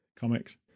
Comics